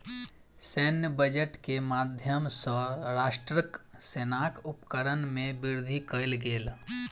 सैन्य बजट के माध्यम सॅ राष्ट्रक सेनाक उपकरण में वृद्धि कयल गेल